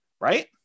right